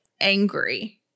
angry